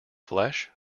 flesh